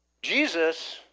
Jesus